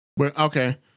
Okay